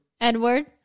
Edward